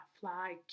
fly